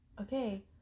Okay